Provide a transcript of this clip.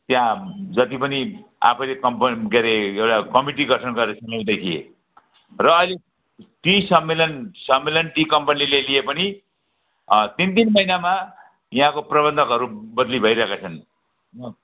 त्यहाँ जति पनि आफैले कम्पनी के रे एउटा कमिटी गठन गरे नौदेखि र अहिले टी सम्मेलन सम्मेलन टी कम्पनीले लिए पनि तिन तिन महिनामा यहाँको प्रबन्धकहरू बदली भइरहेका छन्